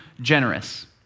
generous